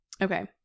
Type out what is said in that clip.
Okay